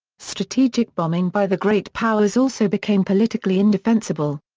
strategic bombing by the great powers also became politically indefensible.